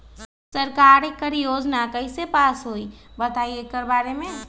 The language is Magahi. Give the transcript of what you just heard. सरकार एकड़ योजना कईसे पास होई बताई एकर बारे मे?